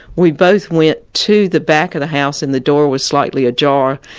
we both went to the back of the house and the door was slightly ajar.